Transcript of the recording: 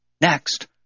next